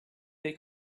they